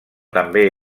també